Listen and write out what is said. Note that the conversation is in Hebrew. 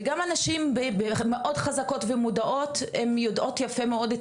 וגם נשים מאוד חזקות ומודעות הן יודעות יפה מאוד את